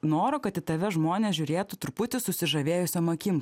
noro kad į tave žmonės žiūrėtų truputį susižavėjusiom akim